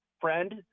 friend